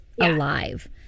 alive